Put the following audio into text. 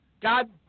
God